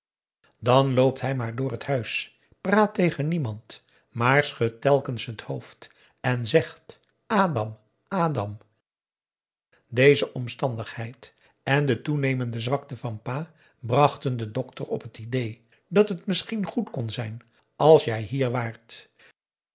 dan loopt hij maar door het huis praat tegen niemand maar schudt telkens het hoofd en zegt adam adam deze omstandigheid en de toenemende zwakte van pa brachten den dokter op het idee dat het misschien goed kon zijn als jij hier waart